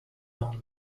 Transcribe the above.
only